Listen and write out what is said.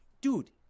Dude